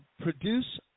produce